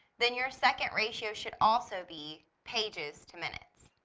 then your second ratio should also be pages to minutes,